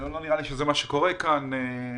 ולא נראה לי שזה מה שקורה כאן בכלל.